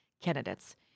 candidates